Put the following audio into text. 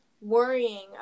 worrying